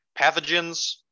pathogens